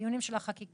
בדיונים על החקיקה